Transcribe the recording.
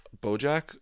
BoJack